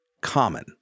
common